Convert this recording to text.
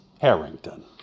Harrington